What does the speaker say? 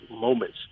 moments